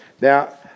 Now